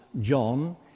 John